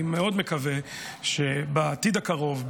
אני מאוד מקווה שבעתיד הקרוב,